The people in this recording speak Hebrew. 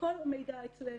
כל המידע אצלנו,